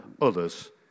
others